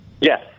Yes